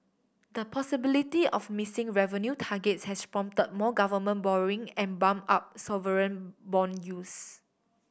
the possibility of missing revenue targets has prompt more government borrowing and bump up sovereign bond yields